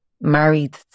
married